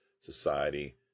society